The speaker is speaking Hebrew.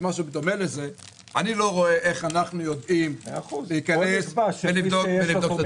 אני לא רואה איך אנחנו יודעים להיכנס ולבדוק.